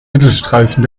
mittelstreifen